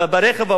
או באוטובוסים,